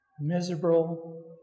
miserable